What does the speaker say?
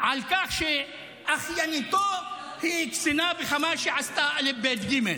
על כך שאחייניתו היא קצינה בחמאס שעשתה א, ב, ג?